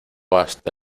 hasta